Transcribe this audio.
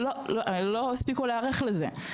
לא הספיקו להיערך לזה.